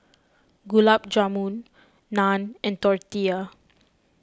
Gulab Jamun Naan and Tortillas